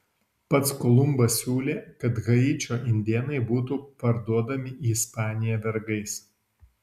pats kolumbas siūlė kad haičio indėnai būtų parduodami į ispaniją vergais